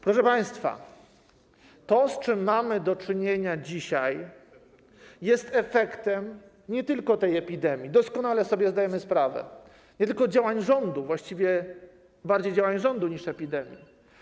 Proszę państwa, to, z czym mamy do czynienia dzisiaj, jest efektem nie tylko tej epidemii - doskonale zdajemy sobie z tego sprawę - nie tylko działań rządu, właściwie bardziej działań rządu niż epidemii.